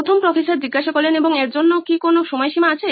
professor 1 এবং এর জন্য কি কোনো সময়সীমা আছে